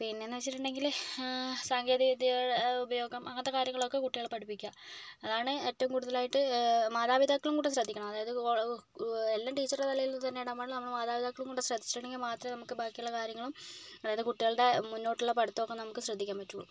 പിന്നെ എന്ന് വെച്ചിട്ടുണ്ടെങ്കിൽ സാങ്കേതിക വിദ്യകളുടെ ഉപയോഗം അങ്ങനത്തെ കാര്യങ്ങൾ ഒക്കെ കുട്ടികളെ പഠിപ്പിക്കുക അതാണ് ഏറ്റവും കൂടുതലായിട്ട് മാതാ പിതാക്കളും കൂടി ശ്രദ്ധിക്കണം എല്ലാം ടീച്ചറിൻ്റെ തലയിൽ തന്നെ ഇടാൻ പാടില്ല നമ്മൾ മാതാ പിതാക്കൾ കൂടി ശ്രദ്ധിച്ചിട്ടുണ്ടെങ്കിൽ മാത്രമേ നമുക്ക് ബാക്കി ഉള്ള കാര്യങ്ങളും അതായത് കുട്ടികളുടെ മുന്നോട്ടുള്ള പഠിത്തം ഒക്കെ നമുക്ക് ശ്രദ്ധിക്കാൻ പറ്റുകയുള്ളൂ